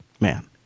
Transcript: Man